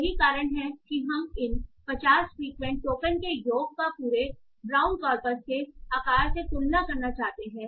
यही कारण है कि हम इन 50 फ्रिक्वेंट टोकन के योग का पूरे brown corpus कॉर्पस के आकार से तुलना करना चाहते हैं